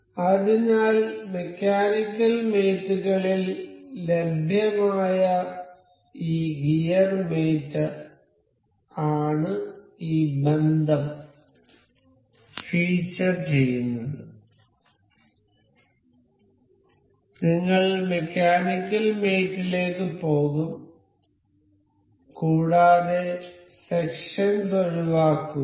അതിനാൽ mechanical mate കളിൽ ലഭ്യമായ ഈ ഗിയർ മേറ്റ് ആണ് ഈ ബന്ധം ഫീച്ചർ ചെയ്യുന്നത് നിങ്ങൾ മെക്കാനിക്കൽ മേറ്റ് ലേക്ക് പോകും കൂടാതെ സെക്ഷൻസ് ഒഴിവാക്കുക